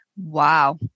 Wow